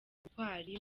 ubutwari